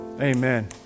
Amen